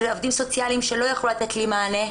עובדים סוציאליים שלא יכלו לתת לי מענה,